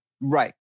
Right